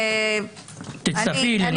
תצטרפי אלינו.